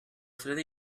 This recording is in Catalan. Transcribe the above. freda